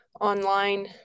online